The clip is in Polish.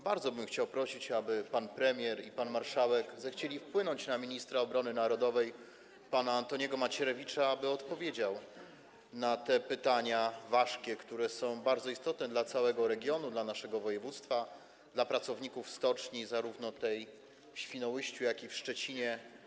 Bardzo bym chciał prosić, aby pan premier i pan marszałek zechcieli wpłynąć na ministra obrony narodowej pana Antoniego Macierewicza, aby odpowiedział na te ważkie pytania, które są bardzo istotne dla całego regionu, dla naszego województwa, dla pracowników stoczni, zarówno tej w Świnoujściu, jak i tej w Szczecinie.